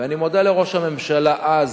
ואני מודה לראש הממשלה שהתערב,